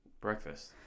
Breakfast